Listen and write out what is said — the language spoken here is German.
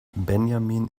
benjamin